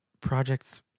projects